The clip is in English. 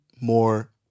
more